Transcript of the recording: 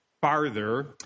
farther